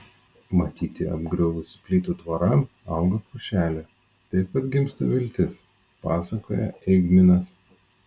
matyti apgriuvusi plytų tvora auga pušelė taip atgimsta viltis pasakoja eigminas